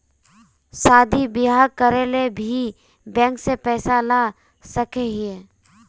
शादी बियाह करे ले भी बैंक से पैसा ला सके हिये?